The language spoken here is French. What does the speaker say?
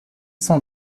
cent